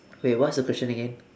wait what's your question again